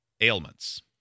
ailments